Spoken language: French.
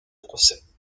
procès